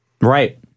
Right